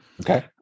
Okay